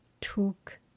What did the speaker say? took